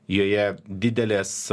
joje didelės